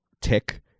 tick